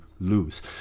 lose